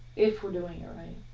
if we're doing it